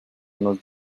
nos